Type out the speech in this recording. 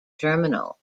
terminal